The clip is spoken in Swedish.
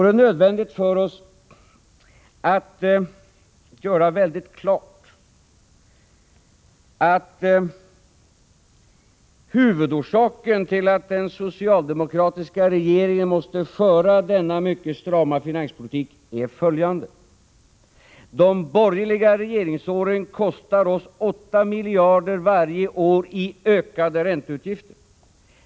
Det är nödvändigt för oss att göra alldeles klart att huvudorsaken till att den socialdemokratiska regeringen måste föra denna mycket strama finanspolitik är följande: De borgerliga regeringsåren kostar oss 8 miljarder kronor varje år i ökade ränteutgifter.